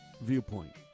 viewpoint